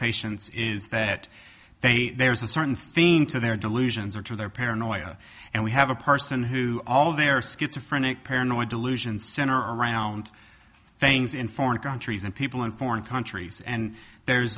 patients is that they are certain theme to their delusions or to their paranoia and we have a person who all their schizophrenia paranoid delusions center around things in foreign countries and people in foreign countries and there's